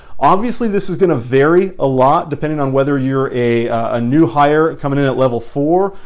obviously, this is going to vary a lot depending on whether you're a a new hire coming in at level four,